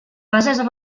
bases